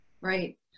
Right